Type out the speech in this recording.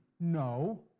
No